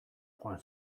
joan